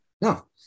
No